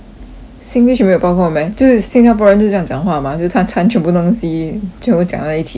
singlish 没有包括 meh 就是 singaporean 就是这样讲话 mah 就参参全部东西全部讲在一起 [what] 不是 meh